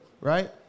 Right